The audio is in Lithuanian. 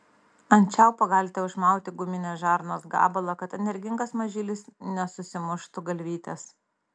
ant čiaupo galite užmauti guminės žarnos gabalą kad energingas mažylis nesusimuštų galvytės